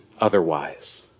otherwise